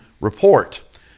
report